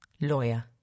lawyer